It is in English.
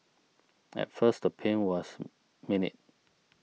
at first the pain was minute